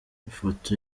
ifoto